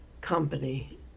company